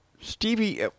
stevie